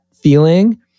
feeling